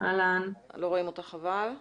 אני מצטרפת לדוברים לפניי ולא אחזור על הדברים.